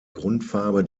grundfarbe